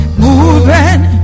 moving